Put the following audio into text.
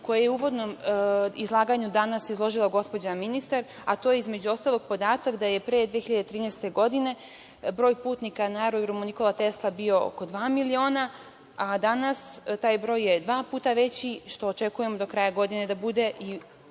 koje je u uvodnom izlaganju izložila gospođa ministar, a to je između ostalog podatak da je pre 2013. godine broj putnika na Aerodromu „Nikola Tesla“ bio oko dva miliona, a danas je taj broj dva puta veći, a očekujem do kraja godine čak pet